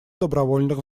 добровольных